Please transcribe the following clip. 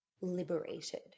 liberated